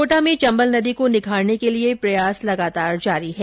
कोटा में चम्बल नदी को निखारने के लिये प्रयास लगातार जारी है